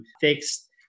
fixed